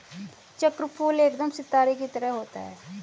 चक्रफूल एकदम सितारे की तरह होता है